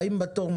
הבאים בתור,